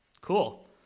Cool